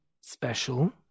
special